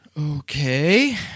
okay